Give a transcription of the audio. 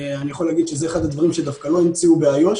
אני יכול להגיד שזה אחד הדברים שדווקא לא המציאו באיו"ש,